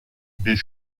des